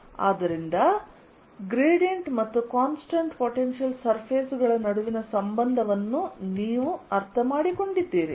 ಆದ್ದರಿಂದ ಗ್ರೇಡಿಯಂಟ್ ಮತ್ತು constant potential surface ಗಳ ನಡುವಿನ ಸಂಬಂಧವನ್ನು ನೀವು ಅರ್ಥಮಾಡಿಕೊಂಡಿದ್ದೀರಿ